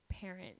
parent